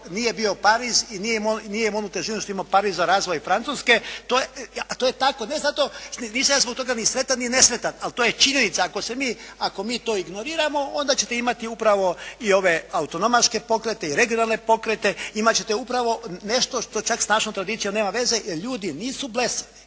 nije bio Pariz i nije imao onu težinu što nije imao Pariz za razvoj Francuske. A to je tako. Ne zato što, nisam ja zbog toga ni sretan ni nesretan. Ali to je činjenica. Ako mi to ignoriramo onda ćete imati upravo i ove autonomaške pokrete i regionalne pokrete. Imat ćete upravo nešto što čak s našom tradicijom nema veze, jer ljudi nisu blesavi.